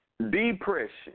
Depression